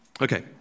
okay